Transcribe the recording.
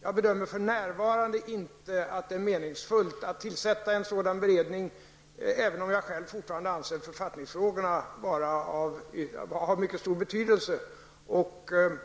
Jag bedömer att det för närvarande inte är meningsfullt att tillsätta en sådan beredning, även om jag själv fortfarande anser att författningsfrågorna har mycket stor betydelse.